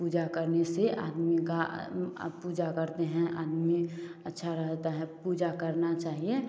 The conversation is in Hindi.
पूजा करने से आदमी का पूजा करते हैं आदमी अच्छा रहता है पूजा करना चाहिए